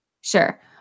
Sure